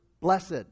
blessed